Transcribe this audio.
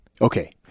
Okay